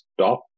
stop